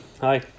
hi